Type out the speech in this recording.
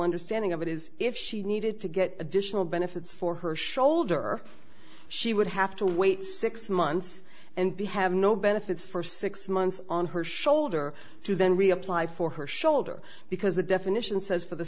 understanding of it is if she needed to get additional benefits for her shoulder she would have to wait six months and be have no benefits for six months on her shoulder to then reapply for her shoulder because the definition says for the